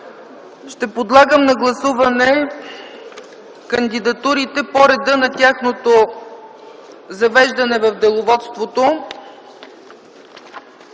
Ще подлагам на гласуване кандидатурите по реда на тяхното завеждане в Деловодството.